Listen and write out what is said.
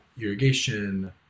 irrigation